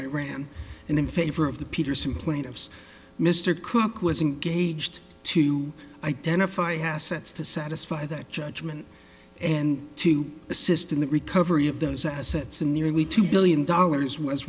iran and in favor of the peterson plaintiffs mr cook was engaged to identify assets to satisfy that judgment and to assist in the recovery of those assets and nearly two billion dollars was